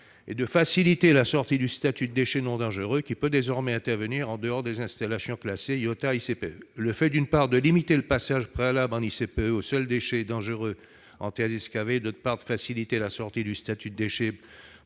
et à faciliter la sortie du statut de déchet non dangereux, qui peut désormais intervenir en dehors des installations classées, IOTA ou ICPE. Le fait, d'une part, de limiter le passage préalable en ICPE ou en IOTA aux seuls déchets dangereux et terres excavées, et, d'autre part, de faciliter la sortie du statut de déchet